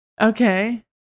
Okay